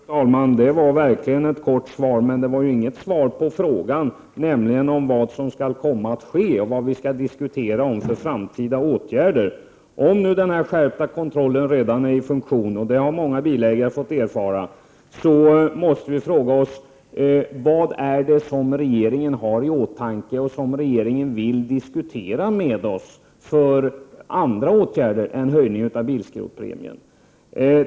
Fru talman! Det var verkligen ett kort svar, men det var inget svar på frågan, nämligen vad som skall komma att ske och vilka framtida åtgärder vi skall diskutera. Om den skärpta kontrollen redan är i funktion — många bilägare har redan fått erfara att så är fallet — måste vi fråga oss vad regeringen har i åtanke och vilka andra åtgärder än en höjning av bilskrotningspremien som regeringen vill diskutera med oss.